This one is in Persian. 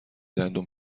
دندان